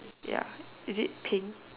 ya is it pink